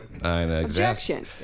Objection